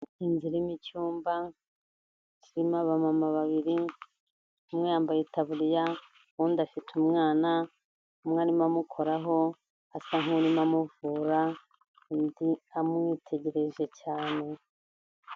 Inzu irimo icyumba kirimo abamama babiri, umwe yambaye itaburiya undi afite umwana, umwe arimo amukoraho asa nk'urimo amuvura undi amwitegereje cyane.